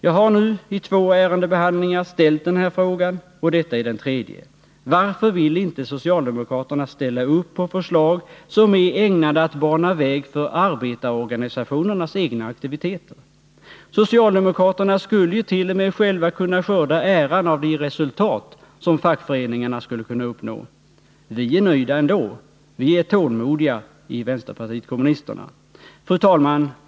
Jag har nu i två ärendebehandlingar ställt den här frågan, och detta är den tredje: Varför vill inte socialdemokraterna ställa upp på förslag som är ägnade att bana väg för arbetarorganisationernas egna aktiviteter? Socialdemokraterna skulle ju t.o.m. själva kunna skörda äran av de resultat som fackföreningarna skulle kunna uppnå. Vi är nöjda ändå — vi är tålmodiga i vänsterpartiet kommunisterna. Fru talman!